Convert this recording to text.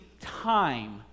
time